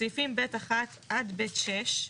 סעיפים ב' (1) עד ב' (6)